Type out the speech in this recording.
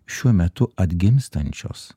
šiuo metu atgimstančios